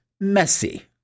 messy